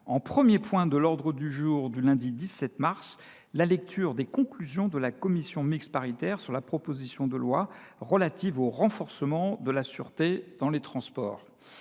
en premier point de l’ordre du jour du lundi 17 mars la lecture des conclusions de la commission mixte paritaire sur la proposition de loi relative au renforcement de la sûreté dans les transports.